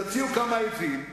יוציאו כמה עזים,